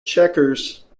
checkers